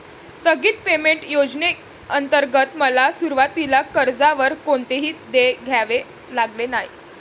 स्थगित पेमेंट योजनेंतर्गत मला सुरुवातीला कर्जावर कोणतेही देय द्यावे लागले नाही